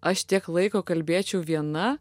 aš tiek laiko kalbėčiau viena